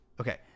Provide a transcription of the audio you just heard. Okay